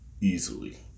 easily